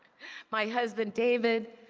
my husband david,